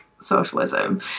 socialism